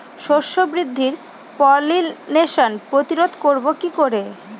শস্য বৃদ্ধির পলিনেশান প্রতিরোধ করব কি করে?